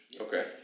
Okay